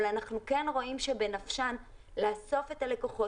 אבל אנחנו כן רואים שבנפשן לאסוף את הלקוחות.